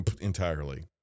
entirely